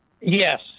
Yes